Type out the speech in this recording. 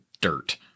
dirt